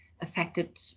affected